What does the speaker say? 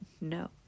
no